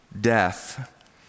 death